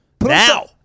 Now